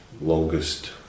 longest